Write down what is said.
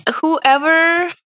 Whoever